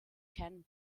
ken